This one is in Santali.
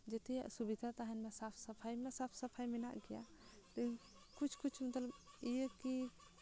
ᱡᱮᱛᱮᱭᱟᱜ ᱥᱩᱵᱤᱫᱷᱟ ᱛᱟᱦᱮᱱ ᱢᱟ ᱥᱟᱯ ᱥᱟᱯᱷᱟᱭ ᱢᱟ ᱥᱟᱯ ᱥᱟᱯᱷᱟᱭ ᱢᱮᱱᱟᱜ ᱜᱮᱭᱟ ᱠᱩᱪ ᱠᱩᱪ ᱢᱚᱛᱞᱚᱵᱽ ᱤᱭᱟᱹ ᱠᱤ